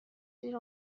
زیر